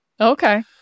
Okay